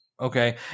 Okay